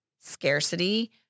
scarcity